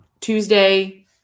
Tuesday